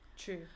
true